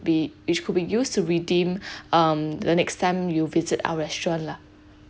be which could be used to redeem um the next time you visit our restaurant lah